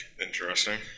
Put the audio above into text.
Interesting